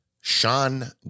Sean